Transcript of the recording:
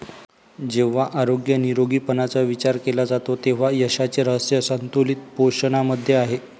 जेव्हा आरोग्य निरोगीपणाचा विचार केला जातो तेव्हा यशाचे रहस्य संतुलित पोषणामध्ये आहे